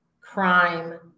crime